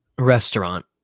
Restaurant